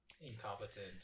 incompetent